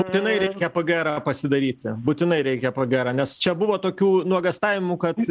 būtinai reikia pgrą pasidaryti būtinai reikia pgrą nes čia buvo tokių nuogąstavimų kad